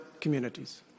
communities